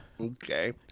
okay